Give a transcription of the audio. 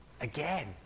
Again